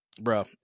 bro